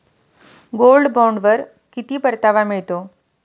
Gold बॉण्डवर किती परतावा मिळतो?